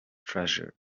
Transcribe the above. treasure